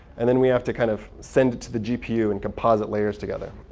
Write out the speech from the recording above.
and then, we have to kind of send it to the gpu and composite layers together.